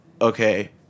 Okay